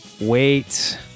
wait